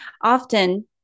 Often